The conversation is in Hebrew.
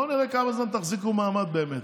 בואו נראה כמה זמן תחזיקו מעמד באמת.